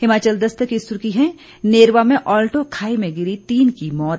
हिमाचल दस्तक की सुर्खी है नेरवा में आल्टो खाई में गिरी तीन की मौत